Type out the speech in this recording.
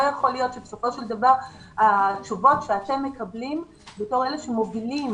לא יכול להיות שבסופו של דבר התשובות שאתם מקבלים כמי שמובילים